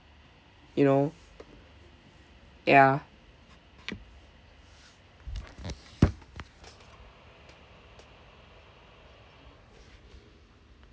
you know ya